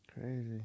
Crazy